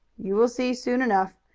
you will see soon enough.